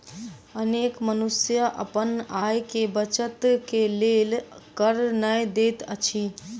अनेक मनुष्य अपन आय के बचत के लेल कर नै दैत अछि